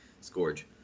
Scourge